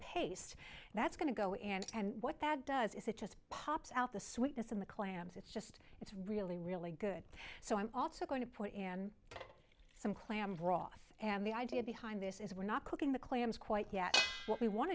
paste that's going to go in and what that does is it just pops out the sweetness of the clams it's just it's really really good so i'm also going to put in some clam broth and the idea behind this is we're not cooking the clams quite yet what we want